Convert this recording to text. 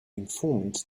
informant